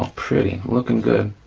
pretty, looking good,